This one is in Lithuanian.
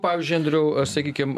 pavyzdžiui andriau aš sakykim